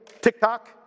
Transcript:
TikTok